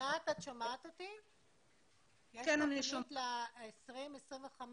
אסנת, יש